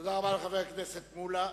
תודה רבה לחבר הכנסת מולה.